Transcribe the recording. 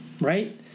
right